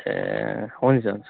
ए हुन्छ हुन्छ